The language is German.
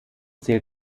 zählt